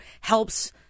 helps –